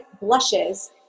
blushes